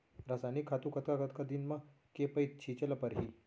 रसायनिक खातू कतका कतका दिन म, के पइत छिंचे ल परहि?